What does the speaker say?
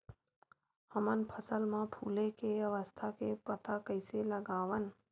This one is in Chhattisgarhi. हमन फसल मा फुले के अवस्था के पता कइसे लगावन?